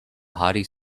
hearty